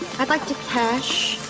i'd like to cash